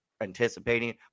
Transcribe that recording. anticipating